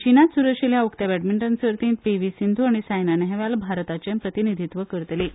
चीनांत सुरू आशिल्ल्या उकत्या बॅडमिंटन सर्तींत पिव्ही सिंधू आनी सायना नेहवाल भारताचे प्रतिनिधीत्व करतलीं